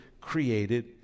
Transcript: created